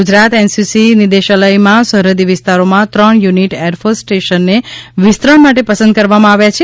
Gujarat NCC નિદેશાલયમાં સરહદી વિસ્તારોમાં ત્રણ યુનિટ એરફોર્સ સ્ટેશનને વિસ્તરણ માટે પસંદ કરવામાં આવ્યા છે